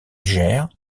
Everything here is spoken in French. gère